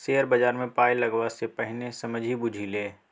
share बजारमे पाय लगेबा सँ पहिने समझि बुझि ले